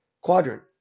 quadrant